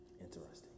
Interesting